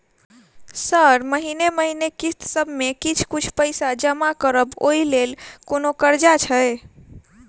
Sir महीने महीने किस्तसभ मे किछ कुछ पैसा जमा करब ओई लेल कोनो कर्जा छैय?